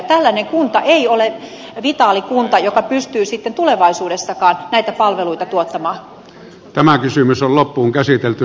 tällainen kunta ei ole vitaali kunta joka pystyy sitten tulevaisuudessakaan näitä palveluita tuottamaan